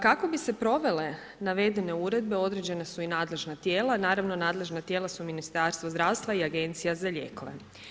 Kako bi se provele navedene uredbe, određena su i nadležna tijela, naravno nadležna su Ministarstvo zdravstva i Agencija za lijekove.